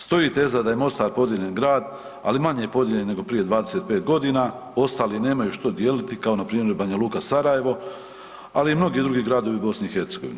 Stoji teza da je Mostar podijeljen grad, ali manje je podijeljen nego prije 25.g., ostali nemaju što dijeliti kao npr. Banja Luka, Sarajevo, ali i mnogi drugi gradovi u BiH.